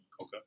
Okay